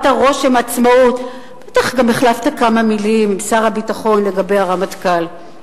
הרושם "עצמאות" בטח גם החלפת כמה מלים עם שר הביטחון לגבי הרמטכ"ל.